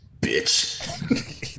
Bitch